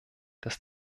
dass